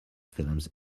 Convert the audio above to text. films